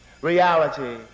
reality